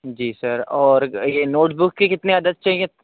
جی sir اور یہ notebook کے کتنے عدد چاہئیں